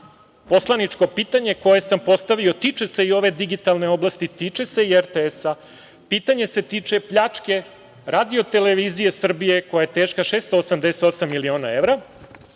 poslaničko pitanje koje sam postavio, a tiče se i ove digitalne oblasti, tiče se i RTS-a. Pitanje se tiče pljačke RTS-a, a koja je teška 688 miliona evra